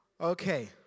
Okay